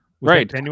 Right